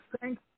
Thank